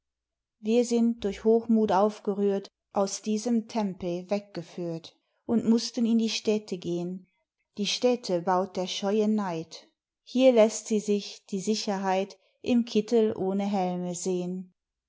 wir sind durch hochmuth aufgerührt aus diesem tempel weggeführt und mussten in die städte gehen die städte baut der scheue naeid hier lässt sie sich die sicherheit im kittel ohne helme sehen